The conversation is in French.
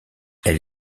elle